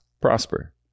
prosper